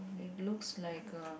it looks like a